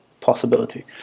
possibility